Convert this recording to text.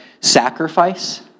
sacrifice